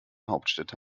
hauptstädte